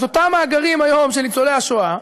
אז אותם מאגרים של ניצולי השואה,